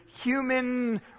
human